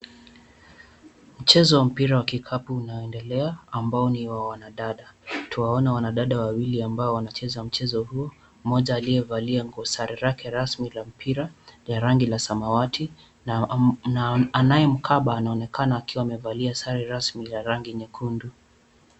Mchezo wa mpira wa kikapu unaendelea ambao ni wa wanadada. Tuwaona wanadada wawili ambao wanacheza mchezo huu. Mmoja aliyevaa nguo sare lake rasmi la mpira ya rangi la samawati na anayemkaba anaonekana akiwa amevaa sare rasmi la rangi nyekundu.